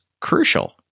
crucial